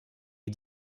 est